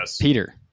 Peter